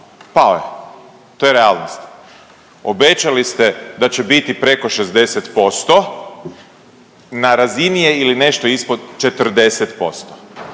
pao je, to je realnost. Obećali ste da će biti preko 60%. Na razini je ili nešto ispod 40%.